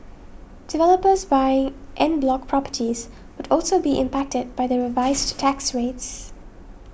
developers buying en bloc properties would also be impacted by the revised tax rates